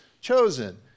chosen